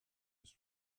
ist